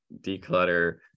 Declutter